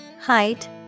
height